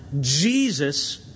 Jesus